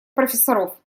профессоров